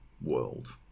world